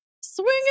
swinging